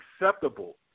acceptable